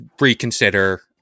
reconsider